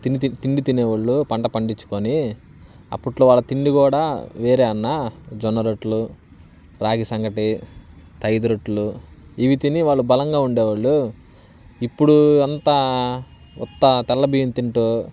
తిండి తినేవాళ్ళు పంట పండించుకొని అప్పట్లో వాళ్ళ తిండి కూడా వేరే అన్నా జొన్న రొట్టెలు రాగి సంగటి తైదు రొట్లు ఇవి తిని వాళ్ళ బలంగా ఉండేవాళ్ళు ఇప్పుడు అంతా ఉత్త తెల్ల బియ్యం తింటూ